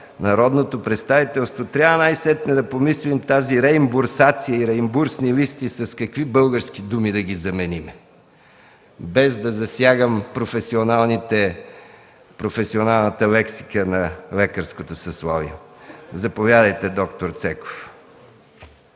народното представителство трябва най-сетне да помислим тази реимбурсация и реимбурсни листи с какви български думи да ги заменим, без да засягам професионалната лексика на лекарското съсловие. Доктор Цеков,